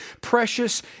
Precious